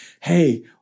hey